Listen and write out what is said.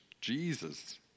Jesus